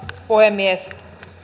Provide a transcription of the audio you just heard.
puhemies